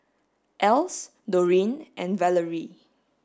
Else Doreen and Valarie